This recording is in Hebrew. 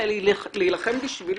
אלא להילחם בשבילו.